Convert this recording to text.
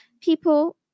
people